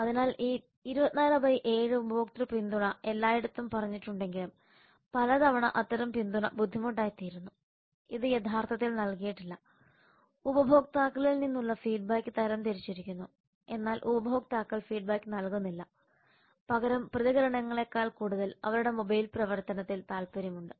അതിനാൽ ഈ 24 ബൈ 7 ഉപഭോക്തൃ പിന്തുണ എല്ലായിടത്തും പറഞ്ഞിട്ടുണ്ടെങ്കിലും പലതവണ അത്തരം പിന്തുണ ബുദ്ധിമുട്ടായിത്തീരുന്നു ഇത് യഥാർത്ഥത്തിൽ നൽകിയിട്ടില്ല ഉപഭോക്താക്കളിൽ നിന്നുള്ള ഫീഡ്ബാക്ക് തരം തിരിച്ചിരിക്കുന്നു എന്നാൽ ഉപഭോക്താക്കൾ ഫീഡ്ബാക്ക് നൽകുന്നില്ല പകരം പ്രതികരണങ്ങളെക്കാൾ കൂടുതൽ അവരുടെ മൊബൈൽ പ്രവർത്തനത്തിൽ താൽപ്പര്യമുണ്ട്